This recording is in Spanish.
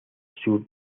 sur